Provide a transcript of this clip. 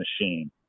machine